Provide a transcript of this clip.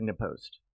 Post